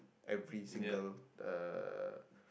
every single uh